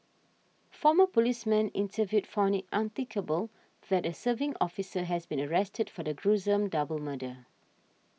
former policemen interviewed found it unthinkable that a serving officer has been arrested for the gruesome double murder